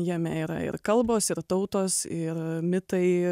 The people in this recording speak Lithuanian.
jame yra ir kalbos ir tautos ir mitai